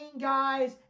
guys